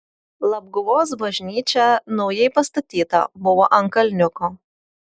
labguvos bažnyčia naujai pastatyta buvo ant kalniuko